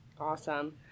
Awesome